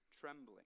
trembling